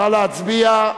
נא להצביע.